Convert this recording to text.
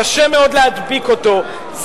קשה מאוד להדביק אותו,